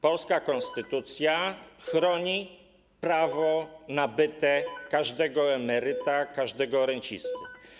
Polska konstytucja chroni prawo nabyte każdego emeryta, każdego rencisty.